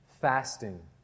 Fasting